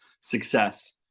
Success